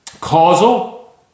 causal